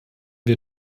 wir